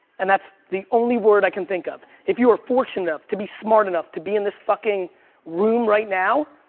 and that's the only word i can think of. if you are fortunate enough to be smart enough to be in this fucking room right now,